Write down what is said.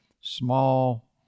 small